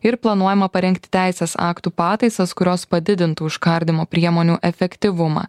ir planuojama parengti teisės aktų pataisas kurios padidintų užkardymo priemonių efektyvumą